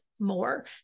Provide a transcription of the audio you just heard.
more